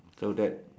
so that's